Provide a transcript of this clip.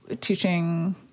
teaching